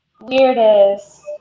Weirdest